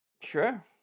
Sure